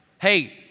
Hey